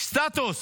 מה הסטטוס